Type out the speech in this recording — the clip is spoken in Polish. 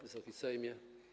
Wysoki Sejmie!